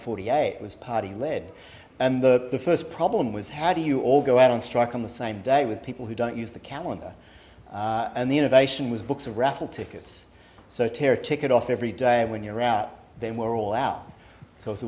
forty eight was party led and the the first problem was how do you all go out on strike on the same day with people who don't use the calendar and the innovation was books of raffle tickets so tear a ticket off every day when you're out then we're all out